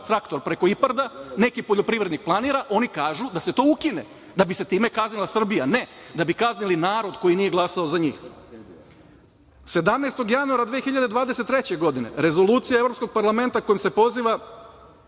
traktora preko IPARD. Neki poljoprivrednik planira, a oni kažu da se to ukine, da bi se time kaznila Srbija. Ne, da bi kaznili narod koji nije glasao za njih. Sedamnaestog januara 2023. godine Rezolucija Evropskog parlamenta kojim se poziva